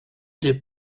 des